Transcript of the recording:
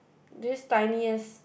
this tiniest